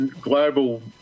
global